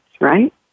Right